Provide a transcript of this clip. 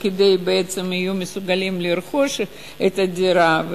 כדי שיהיו מסוגלים לרכוש את הדירה,